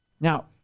Now